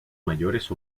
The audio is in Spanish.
mayores